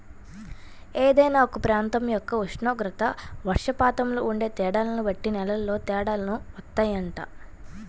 ఏదైనా ఒక ప్రాంతం యొక్క ఉష్ణోగ్రత, వర్షపాతంలో ఉండే తేడాల్ని బట్టి నేలల్లో తేడాలు వత్తాయంట